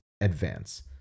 advance